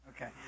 okay